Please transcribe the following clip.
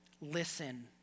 Listen